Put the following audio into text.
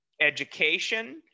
education